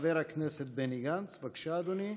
חבר הכנסת בני גנץ, בבקשה, אדוני.